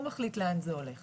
הוא מחליט לאן זה הולך.